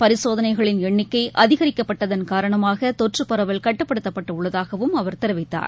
பரிசோதனைகளின் எண்ணிக்கைஅதிகரிக்கப்பட்டதன் காரணமாக தொற்றபரவல் கட்டுப்படுத்தப்பட்டுஉள்ளதாகவும் அவர் தெரிவித்தார்